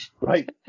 right